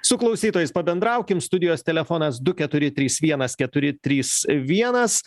su klausytojais pabendraukim studijos telefonas du keturi trys vienas keturi trys vienas